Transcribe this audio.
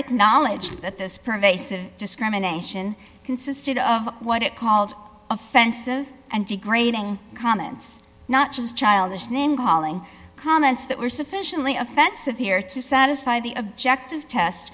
acknowledged that this pervasive discrimination consisted of what it called offensive and degrading comments not just childish name calling comments that were sufficiently offensive here to satisfy the objective test